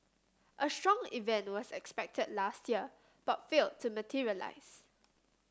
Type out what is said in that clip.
a strong event was expected last year but failed to materialise